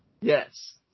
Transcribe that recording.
Yes